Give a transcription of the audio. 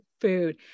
food